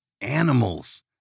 animals